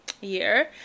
year